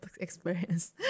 experience